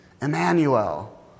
Emmanuel